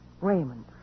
Raymond